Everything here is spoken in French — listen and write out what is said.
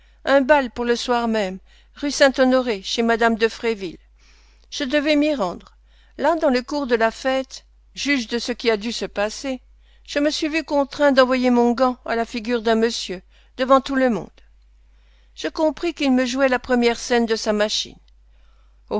un bal pour le soir même rue saint-honoré chez madame de fréville je devais m'y rendre là dans le cours de la fête juge de ce qui a dû se passer je me suis vu contraint d'envoyer mon gant à la figure d'un monsieur devant tout le monde je compris qu'il me jouait la première scène de sa machine